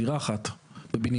דירה אחת בבניין.